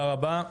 תודה רבה.